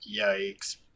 Yikes